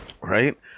right